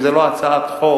אם זה לא הצעת חוק,